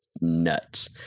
nuts